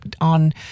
on